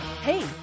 Hey